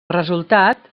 resultat